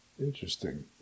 Interesting